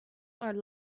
are